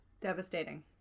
Devastating